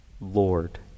Lord